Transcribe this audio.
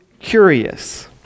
curious